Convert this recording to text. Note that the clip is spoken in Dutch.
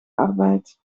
arbeid